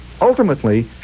ultimately